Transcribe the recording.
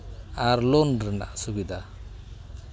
ᱟᱨ loan ᱨᱮᱱᱟᱜ ᱥᱩᱵᱤᱫᱷᱟ